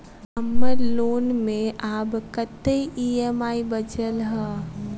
हम्मर लोन मे आब कैत ई.एम.आई बचल ह?